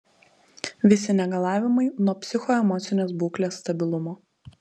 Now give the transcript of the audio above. visi negalavimai nuo psichoemocinės būklės stabilumo